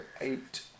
eight